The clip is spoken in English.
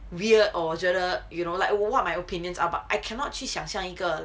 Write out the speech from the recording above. weird or 我觉得 you know like what what my opinions are but I cannot 去想象一个 like